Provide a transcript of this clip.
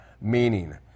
meaning